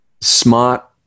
smart